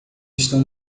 estão